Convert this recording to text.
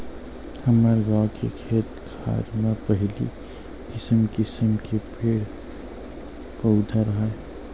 हमर गाँव के खेत खार म पहिली किसम किसम के पेड़ पउधा राहय